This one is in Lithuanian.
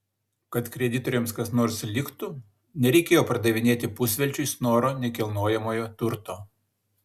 kad kreditoriams kas nors liktų nereikėjo pardavinėti pusvelčiui snoro nekilnojamojo turto